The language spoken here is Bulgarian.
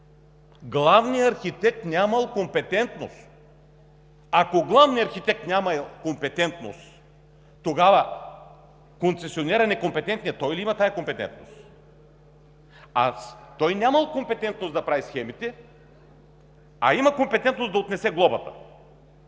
Главният архитект нямал компетентност! Ако главният архитект няма компетентност, тогава некомпетентният концесионер ли има тази компетентност? Той е нямал компетентност да прави схемите, а има компетентност да отнесе глобата.